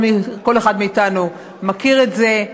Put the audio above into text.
כל אחד מאתנו מכיר את זה,